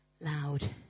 loud